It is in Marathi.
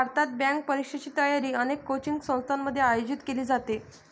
भारतात, बँक परीक्षेची तयारी अनेक कोचिंग संस्थांमध्ये आयोजित केली जाते